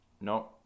no